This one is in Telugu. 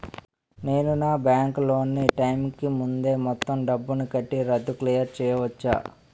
నేను నా బ్యాంక్ లోన్ నీ టైం కీ ముందే మొత్తం డబ్బుని కట్టి రద్దు క్లియర్ చేసుకోవచ్చా?